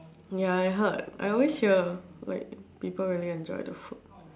ya I heard I always hear like people really enjoy the food